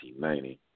1990